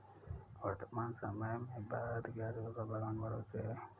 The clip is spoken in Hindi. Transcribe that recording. वर्तमान समय में भारत की अर्थव्यस्था भगवान भरोसे है